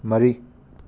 ꯃꯔꯤ